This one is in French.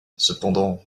cependant